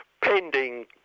pending